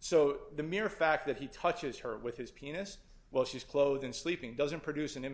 so the mere fact that he touches her with his penis well she's clothed in sleeping doesn't produce an image